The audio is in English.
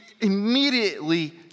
immediately